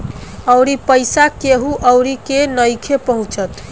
अउरी पईसा केहु अउरी के नइखे पहुचत